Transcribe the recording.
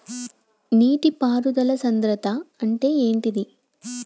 నీటి పారుదల సంద్రతా అంటే ఏంటిది?